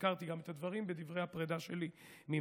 והזכרתי גם את הדברים בדברי הפרדה שלי ממנה.